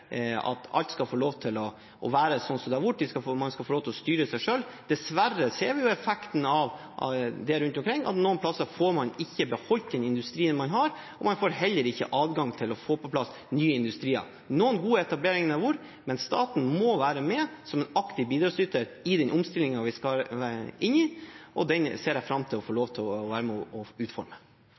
Man skal få lov til å styre seg selv. Dessverre ser vi effekten av det rundt omkring. Noen plasser får man ikke beholdt den industrien man har, og man får heller ikke adgang til å få på plass nye industrier. Noen gode etableringer har det vært, men staten må være med som en aktiv bidragsyter i den omstillingen vi skal inn i – og den ser jeg fram til å få lov til å være med på å utforme.